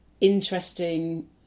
interesting